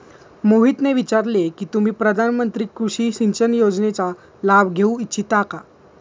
मोहितने विचारले की तुम्ही प्रधानमंत्री कृषि सिंचन योजनेचा लाभ घेऊ इच्छिता का?